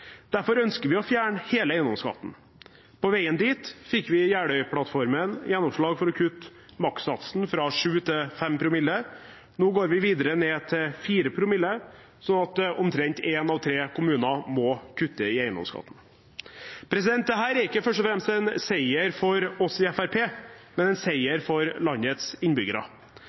Derfor ønsker vi å fjerne hele eiendomsskatten. På veien dit fikk vi i Jeløya-plattformen gjennomslag for å kutte makssatsen fra 7 til 5 promille. Nå går vi videre ned til 4 promille, slik at omtrent én av tre kommuner må kutte i eiendomsskatten. Dette er ikke først og fremst en seier for oss i Fremskrittspartiet, men en seier for landets innbyggere.